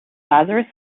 lazarus